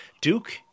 Duke